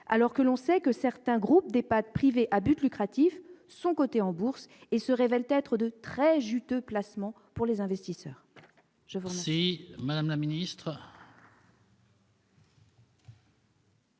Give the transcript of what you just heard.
quand on sait que certains groupes d'EHPAD privés à but lucratif sont cotés en bourse et se révèlent être de très juteux placements pour les investisseurs